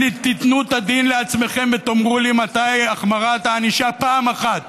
תיתנו את הדין לעצמכם ותאמרו לי מתי החמרת הענישה פעם אחת